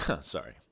Sorry